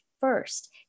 first